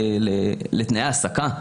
קשור לתנאי העסקה?